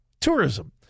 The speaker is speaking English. Tourism